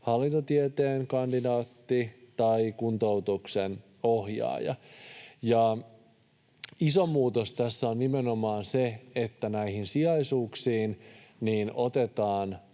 hallintotieteen kandidaatti tai kuntoutuksen ohjaaja. Iso muutos tässä on nimenomaan se, että näihin sijaisuuksiin otetaan